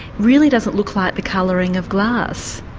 really doesn't look like the colouring of glass.